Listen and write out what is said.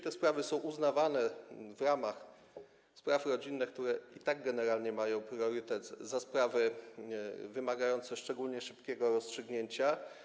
Te sprawy są uznawane w ramach spraw rodzinnych, które i tak generalnie mają priorytet, za sprawy wymagające szczególnie szybkiego rozstrzygnięcia.